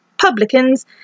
publicans